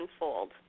unfold